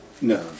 No